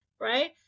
right